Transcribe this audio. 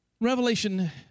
Revelation